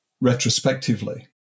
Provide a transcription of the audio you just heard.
retrospectively